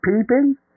peeping